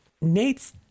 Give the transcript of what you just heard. Nate's